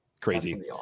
crazy